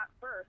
first